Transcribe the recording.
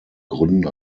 gründen